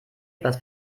etwas